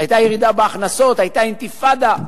היתה ירידה בהכנסות, היתה אינתיפאדה.